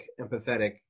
empathetic